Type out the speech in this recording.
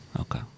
Okay